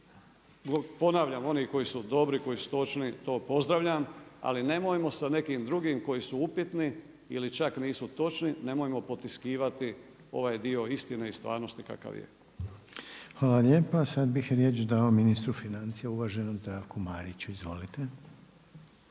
ponavljam, oni koji su dobri, koji su točni, to pozdravljam, ali nemojmo sa nekim drugim koji su upitni ili čak nisu točni, nemojmo potiskivati ovaj dio istine i stvarnosti kakav je. **Reiner, Željko (HDZ)** Hvala lijepa. Sada bih riječ dao ministru financija uvaženom Zdravku Mariću. Izvolite.